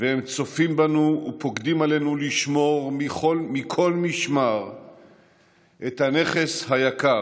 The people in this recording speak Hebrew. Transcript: והם צופים בנו ופוקדים עלינו לשמור מכל משמר את הנכס היקר,